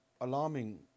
alarming